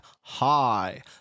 Hi